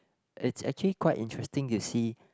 it's actually quite interesting to see